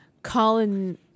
Colin